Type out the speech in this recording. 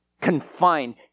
confined